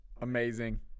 Amazing